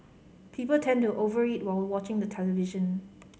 people tend to over eat while watching the television